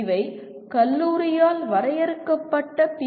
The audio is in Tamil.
இவை கல்லூரியால் வரையறுக்கப்பட்ட பி